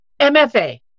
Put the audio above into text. mfa